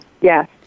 Yes